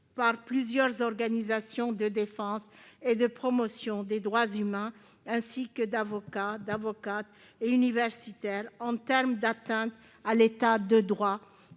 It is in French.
par plusieurs organisations de défense et de promotion des droits humains, ainsi que d'avocats et d'universitaires, en matière d'atteintes à l'État de droit